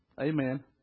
Amen